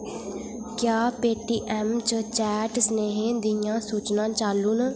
क्या पेटीऐम्म च चैट सनेहें दियां सूचनां चालू न